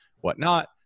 whatnot